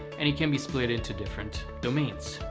and it can be split into different domains.